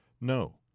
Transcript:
No